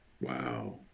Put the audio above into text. Wow